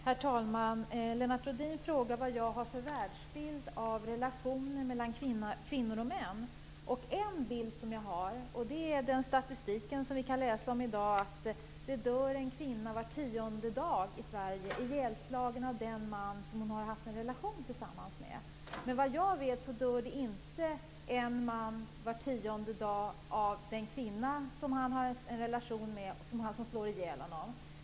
Herr talman! Lennart Rohdin frågar vad jag har för världsbild av relationer mellan kvinnor och män. En bild som jag har, och den kommer från den statistik som vi kan läsa om i dag, är att det dör en kvinna var tionde dag i Sverige, ihjälslagen av den man som hon har haft en relation med. Såvitt jag vet dör det inte en man var tionde dag på grund av att den kvinna han har en relation med slår ihjäl honom.